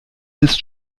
ist